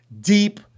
deep